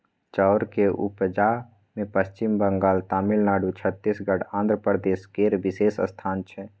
चाउर के उपजा मे पच्छिम बंगाल, तमिलनाडु, छत्तीसगढ़, आंध्र प्रदेश केर विशेष स्थान छै